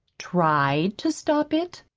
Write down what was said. tried to stop it!